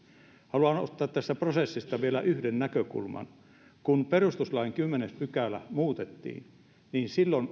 haluan nostaa tästä prosessista vielä yhden näkökulman kun perustuslain kymmenes pykälä muutettiin niin silloin